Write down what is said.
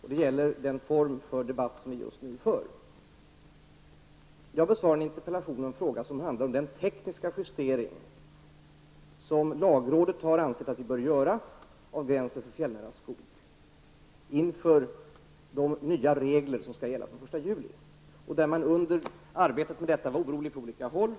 Herr talman! Låt mig framföra en liten fundering om formen för den här debatten. Jag har besvarat en interpellation och en fråga som handlar om den tekniska justering som lagrådet har ansett att vi bör göra av gränsen för fjällnära skog, inför de nya regler som skall gälla från den 1 juli. Under arbetet med detta har man varit orolig på olika håll.